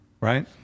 right